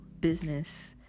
business